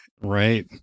Right